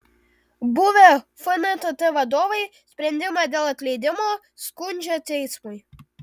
buvę fntt vadovai sprendimą dėl atleidimo skundžia teismui